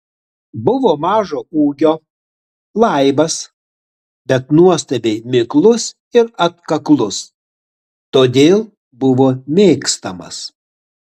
buvo mažo ūgio laibas bet nuostabiai miklus ir atkaklus todėl buvo mėgstamas